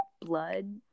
blood